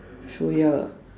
so ya